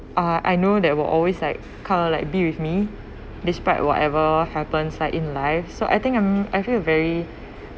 uh I know that will always like kind of like be with me despite whatever happens like in life so I think I'm I feel very